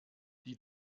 die